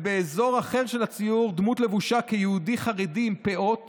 באזור אחר של הציור דמות לבושה כיהודי חרדי עם פאות